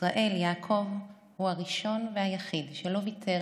ישראל-יעקב הוא הראשון והיחיד שלא ויתר